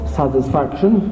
satisfaction